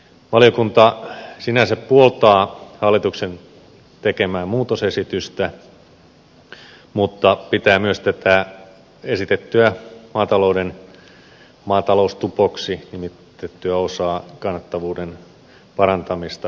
valiokunta sinänsä puoltaa hallituksen tekemää muutosesitystä mutta pitää myös tätä esitettyä maatalouden maataloustupoksi nimitettyä osaa kannattavuuden parantamista perusteltuna